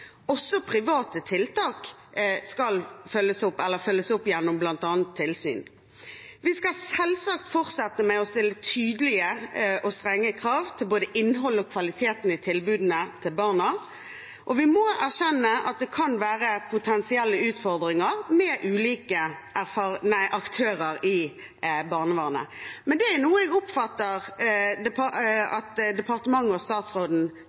Også private tiltak følges opp gjennom bl.a. tilsyn. Vi skal selvsagt fortsette med å stille tydelige og strenge krav til både innholdet og kvaliteten i tilbudene til barna, og vi må erkjenne at det kan være potensielle utfordringer med ulike aktører i barnevernet. Men det er noe jeg oppfatter at departementet og statsråden